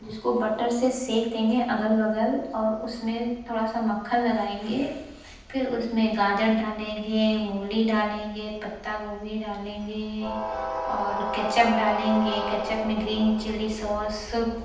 जिसको बटर से सेंक देंगे अगल बगल और उसमें थोड़ा सा मक्खन लगाएंगे फिर उसमें गाजर डालेंगे मूली डालेंगे पत्तागोभी डालेंगे और केचप डालेंगे केचप में ग्रीन चिल्ली सॉस